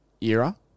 Era